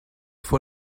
vor